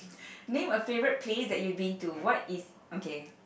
name a favourite place that you've been to what is okay